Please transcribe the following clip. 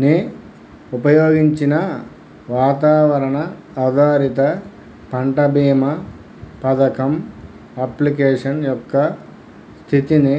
ని ఉపయోగించి నా వాతావరణ ఆధారిత పంట బీమా పథకం అప్లికేషన్ యొక్క స్థితిని